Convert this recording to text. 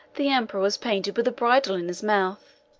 the emperor was painted with a bridle in his mouth,